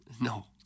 No